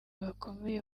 bakomeye